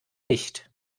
nicht